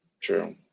True